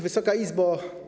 Wysoka Izbo!